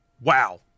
wow